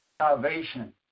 Salvation